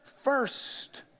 first